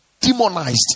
demonized